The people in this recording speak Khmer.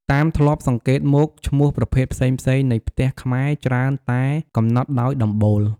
តាមធ្លាប់សង្កេតមក ឈ្មោះប្រភេទផ្សេងៗនៃផ្ទះខ្មែរច្រើនតែកំណត់ដោយដំបូល។